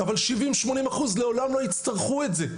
אבל 80%-70% לעולם לא יצטרכו את זה.